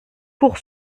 pour